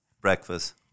breakfast